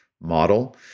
model